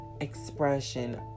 expression